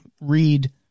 read